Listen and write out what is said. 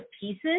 pieces